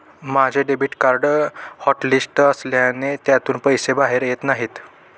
माझे debit card hotlist असल्याने त्यातून पैसे बाहेर येत नाही